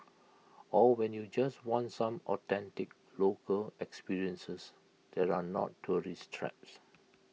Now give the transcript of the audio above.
or when you just want some authentic local experiences that are not tourist traps